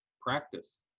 practice